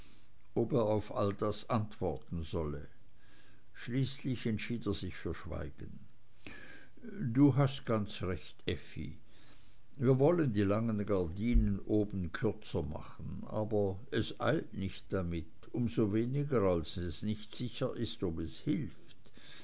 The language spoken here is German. ob er auf all das antworten solle schließlich entschied er sich für schweigen du hast ganz recht effi wir wollen die langen gardinen oben kürzer machen aber es eilt nicht damit um so weniger als es nicht sicher ist ob es hilft